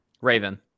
Raven